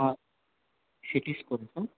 city school